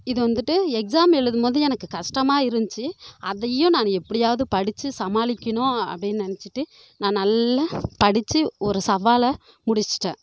இது வந்துட்டு எக்ஸாம் எழுதும்போது எனக்கு கஷ்டமாக இருந்துச்சு அதையும் நான் எப்படியாது படித்து சமாளிக்கணும் அப்படின்னு நினைச்சிட்டு நான் நல்லா படித்து ஒரு சவாலை முடிச்சுட்டேன்